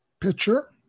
picture